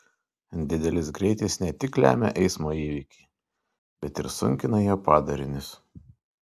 didelis greitis ne tik lemia eismo įvykį bet ir sunkina jo padarinius